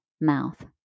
mouth